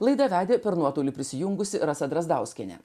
laidą vedė per nuotolį prisijungusi rasa drazdauskienė